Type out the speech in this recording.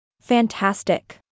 Fantastic